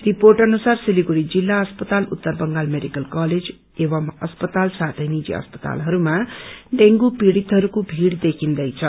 report अनुसार सिलगढ़ी जिल्ला अस्पताल उत्तर बंगाल मेडिकल कलेज एवं अस्पताल साथै निजी अस्पतालहरूमा डेगू पीड़ितहरूको भीड़ देखिन्दैछ